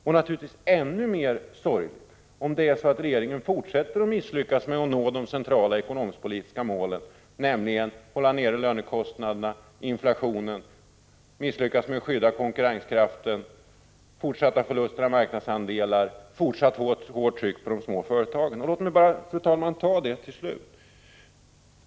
Och ännu sorgligare blir det om regeringen fortsätter att misslyckas med att nå de centrala ekonomiskpolitiska målen, nämligen att hålla nere lönekostnaderna och inflationen, om den misslyckas med att skydda konkurrenskraften så att förlusterna av marknadsandelar fortsätter och det hårda trycket på de små företagen består.